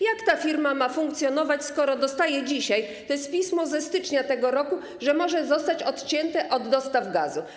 Jak ta firma ma funkcjonować, skoro dostaje dzisiaj - to jest pismo ze stycznia tego roku - informację, że może zostać odcięta od dostaw gazu?